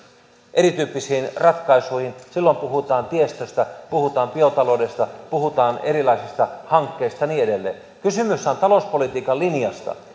erityyppisiin ratkaisuihin silloin puhutaan tiestöstä puhutaan biotaloudesta puhutaan erilaisista hankkeista ja niin edelleen kysymyshän on talouspolitiikan linjasta